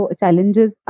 challenges